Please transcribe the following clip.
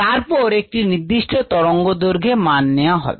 তারপর একটি নির্দিষ্ট তরঙ্গ দৈর্ঘ্যে মান নেয়া হবে